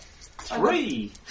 Three